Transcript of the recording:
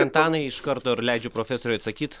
antanai iš karto ir leidžiu profesoriui atsakyt